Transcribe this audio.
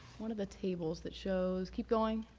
one of the tables that shows keep going